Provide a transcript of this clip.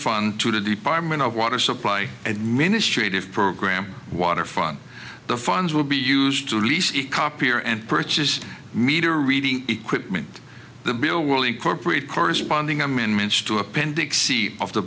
fun to the department of water supply administrative program water fun the funds will be used to lease copier and purchase meter reading equipment the bill will incorporate corresponding amendments to appendix c of the